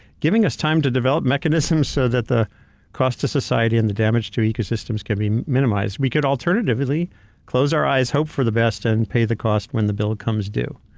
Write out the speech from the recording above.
giving us time to develop mechanisms so that the cost to society and the damage to ecosystems can be minimized. we could alternatively close our eyes, hope for the best, and pay the cost when the bill comes due.